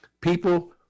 people